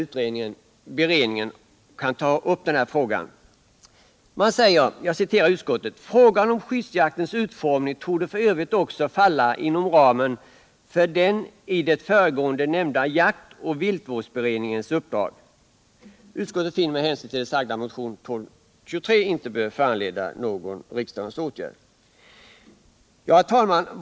Utskottet framhåller vidare: ”Frågan om skyddsjaktens utformning torde f. ö. också falla inom ramen för den i det föregående nämnda jakt och viltvårdsberedningens uppdrag. Utskottet finner med hänsyn till det sagda att motionen 1223 inte bör föranleda någon åtgärd från riksdagens sida.” Jag vill för min del ifrågasätta om beredningen verkligen kan ta upp denna fråga.